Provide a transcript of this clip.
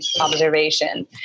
observation